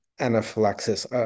anaphylaxis